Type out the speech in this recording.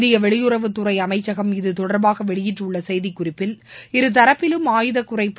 இந்திய வெளியுறவுத்துறை அமைச்சகம் இது தொடர்பாக வெளியிட்டுள்ள செய்திக்குறிப்பில் இருதாப்பிலும் ஆயுத குறைப்பு